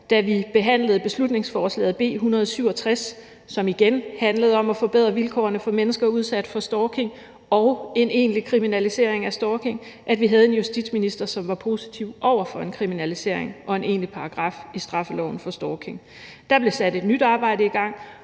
da vi behandlede beslutningsforslaget B 167, som igen handlede om at forbedre vilkårene for mennesker udsat for stalking og en egentlig kriminalisering af stalking, at vi havde en justitsminister, som var positiv over for en kriminalisering af stalking og en egentlig paragraf i straffeloven. Der blev sat et nyt arbejde i gang,